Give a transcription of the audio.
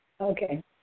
Okay